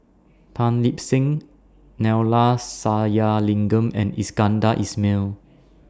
Tan Lip Seng Neila Sathyalingam and Iskandar Ismail